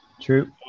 true